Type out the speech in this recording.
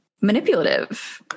manipulative